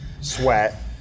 sweat